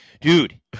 dude